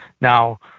Now